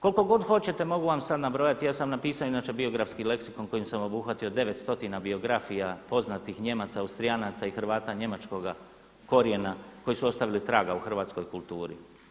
Koliko god hoćete mogu vam sada nabrojati, ja sam napisao inače biografski leksikon kojim sam obuhvatio 9 stotina biografija poznatih Nijemaca, Austrijanaca i Hrvata njemačkoga korijena koji su ostavili traga u hrvatskoj kulturi.